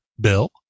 Bill